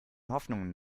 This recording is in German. hoffnungen